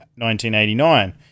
1989